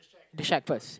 the shack first